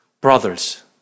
brothers